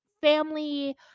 family